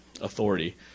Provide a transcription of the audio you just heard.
authority